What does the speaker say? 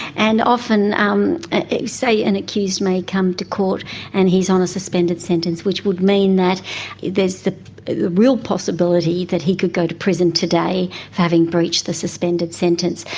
and often, um say an accused may come to court and he's on a suspended sentence, which would mean that there is the real possibility that he could go to prison today for having breached the suspended sentence.